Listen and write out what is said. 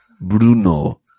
Bruno